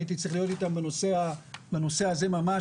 הייתי צריך להיות איתם בנושא הזה ממש,